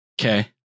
Okay